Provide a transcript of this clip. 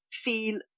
feel